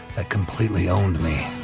that completely owned me.